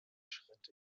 schritt